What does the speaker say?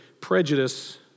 Prejudice